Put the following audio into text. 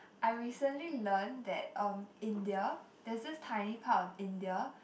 I recently learned that um India there's this tiny part of India